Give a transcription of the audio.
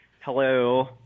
Hello